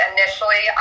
Initially